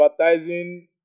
advertising